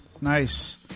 Nice